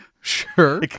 Sure